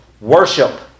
worship